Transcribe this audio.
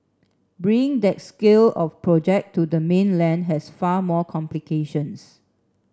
bringing that scale of project to the mainland has far more complications